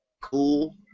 cool